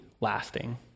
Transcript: lasting